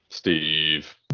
Steve